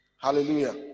Hallelujah